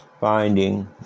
finding